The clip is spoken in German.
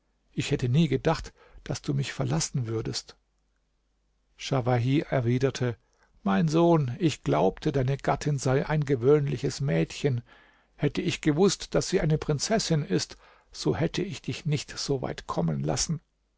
ich hätte nie gedacht daß du mich verlassen würdest schawahi erwiderte mein sohn ich glaubte deine gattin sei ein gewöhnliches mädchen hätte ich gewußt daß sie eine prinzessin ist so hätte ich dich nicht so weit kommen lassen